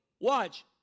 watch